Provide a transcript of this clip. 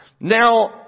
Now